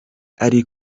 ari